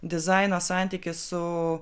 dizaino santykis su